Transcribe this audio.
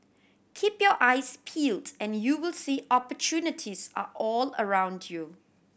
keep your eyes peeled and you will see opportunities are all around you